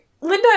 Linda